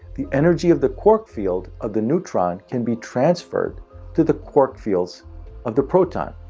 the energy of the quark field of the neutron can be transferred to the quark fields of the proton,